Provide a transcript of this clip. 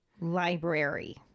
Library